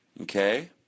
Okay